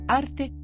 arte